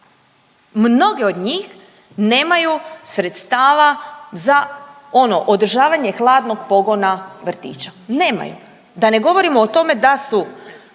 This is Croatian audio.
Mnoge od njih nemaju sredstava za ono održavanje hladnog pogona vrtića. Nemaju. Da ne govorimo o tome da su